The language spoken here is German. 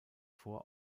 vor